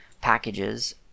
packages